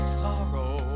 sorrow